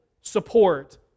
support